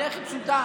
הדרך היא פשוטה,